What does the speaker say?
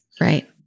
Right